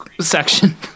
section